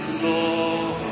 Lord